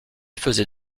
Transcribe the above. faisait